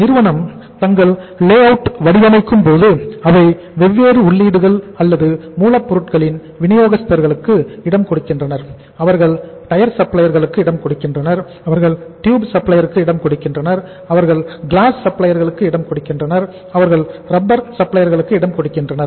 நிறுவனம் தங்கள் லேஅவுட் சப்ளையர்களுக்கும் இடம்கொடுக்கின்றனர்